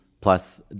plus